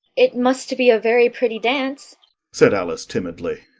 it must be a very pretty dance said alice timidly.